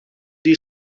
die